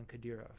Kadyrov